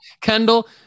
Kendall